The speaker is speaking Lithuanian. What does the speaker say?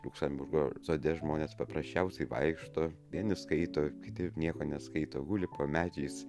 liuksemburgo sode žmonės paprasčiausiai vaikšto vieni skaito kiti nieko neskaito guli po medžiais